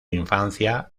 infancia